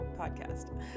podcast